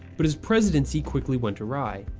but his presidency quickly went awry.